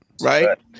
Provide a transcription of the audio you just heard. right